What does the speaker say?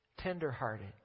Tenderhearted